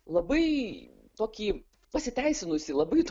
labai tokį pasiteisinusį labai